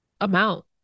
amount